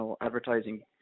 advertising